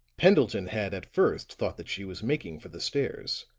pendleton had at first thought that she was making for the stairs